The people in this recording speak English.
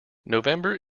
november